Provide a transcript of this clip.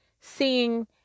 seeing